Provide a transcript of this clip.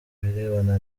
birebana